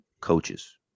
coaches